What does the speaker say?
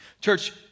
Church